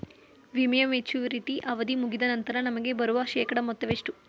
ವಿಮೆಯ ಮೆಚುರಿಟಿ ಅವಧಿ ಮುಗಿದ ನಂತರ ನಮಗೆ ಬರುವ ಶೇಕಡಾ ಮೊತ್ತ ಎಷ್ಟು?